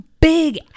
big